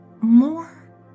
more